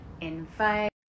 Invite